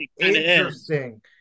interesting